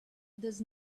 does